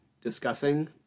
discussing